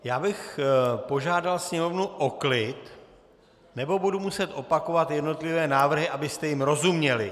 Já bych požádal sněmovnu o klid nebo budu muset opakovat jednotlivé návrhy, abyste jim rozuměli.